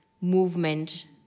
movement